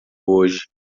hoje